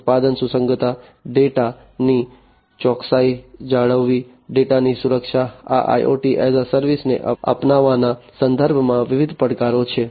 ઉત્પાદન સુસંગતતા ડેટાની ચોકસાઈ જાળવવી ડેટાની સુરક્ષા આ IoT એસ એ સર્વિસને અપનાવવાના સંદર્ભમાં વિવિધ પડકારો છે